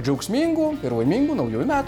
o džiaugsmingų ir laimingų naujųjų metų